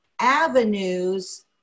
avenues